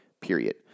period